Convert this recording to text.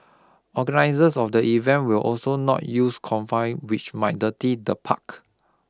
organisers of the event will also not use which might dirty the park